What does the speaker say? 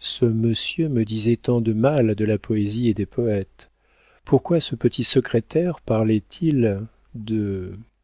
ce monsieur me disait tant de mal de la poésie et des poëtes pourquoi ce petit secrétaire parlait de